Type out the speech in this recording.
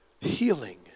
Healing